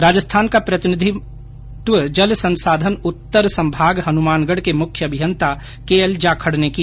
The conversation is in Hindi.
राजस्थान का प्रतिनिधित्व जल संसाधन उत्तर संभाग हनुमानगढ़ के मुख्य अभियंता केएल जाखड़ ने किया